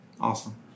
awesome